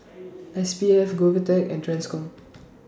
S P F Govtech and TRANSCOM